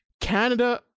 Canada